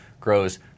grows